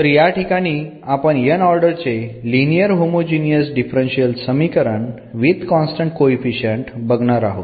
तर या ठिकाणी आपण n ऑर्डर चे लिनियर होमोजीनियस डिफरन्शियल समीकरण विथ कॉन्स्टंट कोएफीशंट्स बघणार आहोत